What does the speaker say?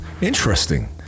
Interesting